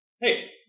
Hey